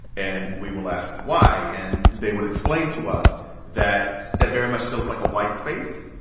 and we will ask why. and they would explain to us that that very much feels like a white space.